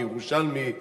כירושלמי,